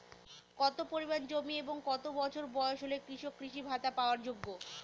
কত পরিমাণ জমি এবং কত বছর বয়স হলে কৃষক কৃষি ভাতা পাওয়ার যোগ্য?